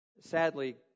Sadly